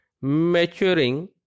maturing